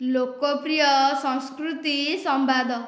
ଲୋକପ୍ରିୟ ସଂସ୍କୃତି ସମ୍ବାଦ